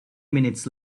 minutes